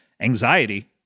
anxiety